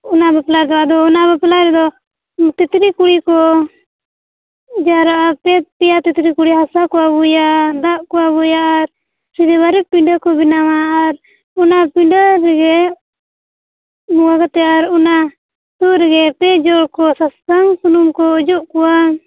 ᱚᱱᱟ ᱵᱟᱯᱞᱟ ᱜᱮ ᱟᱫᱚ ᱚᱱᱟ ᱵᱟᱯᱞᱟ ᱨᱮᱫᱚ ᱛᱮᱛᱨᱮ ᱠᱩᱲᱤᱠᱚ ᱡᱟᱣᱨᱟᱜᱼᱟ ᱯᱮ ᱯᱮᱭᱟ ᱛᱮᱛᱨᱮ ᱠᱩᱲᱤ ᱦᱟᱥᱟ ᱠᱚ ᱟᱹᱜᱩᱭᱟ ᱫᱟᱜ ᱠᱚ ᱟᱹᱜᱩᱭᱟ ᱥᱤᱨᱤ ᱵᱟᱨᱤ ᱯᱤᱰᱟᱹ ᱠᱚ ᱵᱮᱱᱟᱣᱟ ᱟᱨ ᱚᱱᱟ ᱯᱤᱰᱟᱹ ᱨᱮᱜᱮ ᱱᱚᱣᱟ ᱠᱟᱛᱮᱫ ᱟᱨ ᱚᱱᱟ ᱥᱩᱨ ᱨᱮᱜᱮ ᱯᱮ ᱡᱚᱲᱠᱚ ᱥᱟᱥᱟᱝ ᱥᱩᱱᱩᱢᱠᱚ ᱚᱡᱚᱜ ᱠᱚᱣᱟ